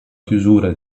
chiusura